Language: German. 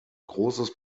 großes